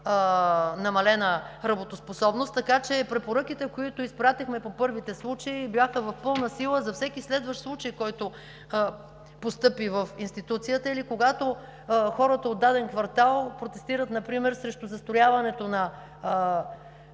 намалена работоспособност. Така че препоръките, които изпратихме по първите случаи, бяха в пълна сила за всеки следващ случай, който постъпи в институцията. Когато хората от даден квартал протестират например срещу застрояването на